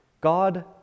God